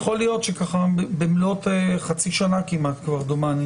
יכול להיות שבמלאת חצי שנה כבר דומני,